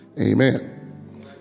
Amen